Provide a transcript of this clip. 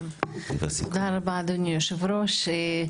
תודה רבה אדוני היושב-ראש.